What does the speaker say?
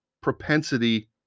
propensity